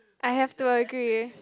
I have to agree